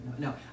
No